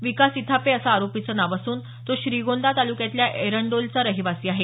विकास इथापे असं आरोपीचं नाव असून तो श्रीगोंदा तालुक्यातल्या एरंडोलीचा रहिवासी आहे